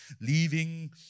leaving